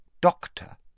Doctor